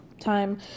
time